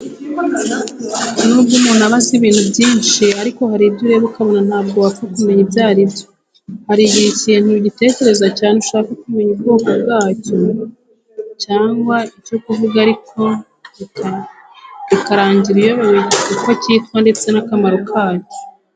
Nubwo umuntu aba azi ibintu byinshi ariko hari ibyo ureba ukabona ntabwo wapfa kumenya ibyo ari byo. Hari igihe ikintu ukitegereza cyane ushaka kumenya ubwoko bwacyo cyangwa icyo kivuga ariko bikarangira uyobewe uko cyitwa ndetse n'akamaro kacyo.